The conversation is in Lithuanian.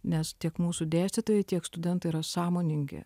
nes tiek mūsų dėstytojai tiek studentai yra sąmoningi